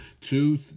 two